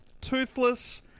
Toothless